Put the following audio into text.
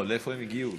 לא, לאיפה הם הגיעו?